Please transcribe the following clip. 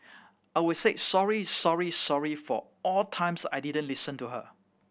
I would say sorry sorry sorry for all times I didn't listen to her